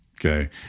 Okay